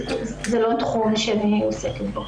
זה לא התחום שאני עוסקת בו.